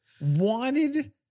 wanted